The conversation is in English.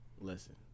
Listen